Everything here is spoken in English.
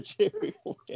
material